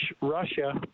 Russia